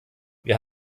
wir